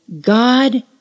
God